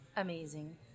amazing